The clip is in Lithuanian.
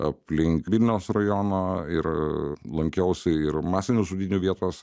aplink vilniaus rajoną ir lankiausi ir masinių žudynių vietose